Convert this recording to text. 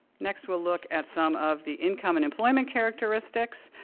next, we'll look at some of the income and employment characteristics.